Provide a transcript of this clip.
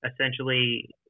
essentially